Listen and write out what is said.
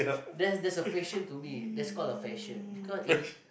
there's there's a fashion to me that's called a fashion because in